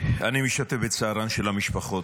אני משתתף בצערן של המשפחות.